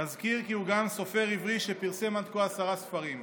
נזכיר כי הוא גם סופר עברי שפרסם עד כה עשרה ספרים.